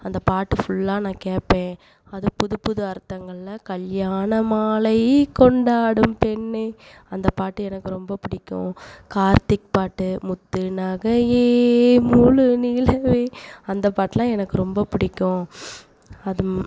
அந்த பாட்டு ஃபுல்லாக நான் கேட்பேன் அதுவும் புது புது அர்த்தங்களில் கல்யாண மாலை கொண்டாடும் பெண்ணே அந்த பாட்டு எனக்கு ரொம்ப பிடிக்கும் கார்த்திக் பாட்டு முத்து நகையே முழு நிலவே அந்த பாட்டுலாம் எனக்கு ரொம்ப பிடிக்கும் அதுவும்